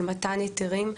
של מתן היתרים.